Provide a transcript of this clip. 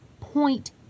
point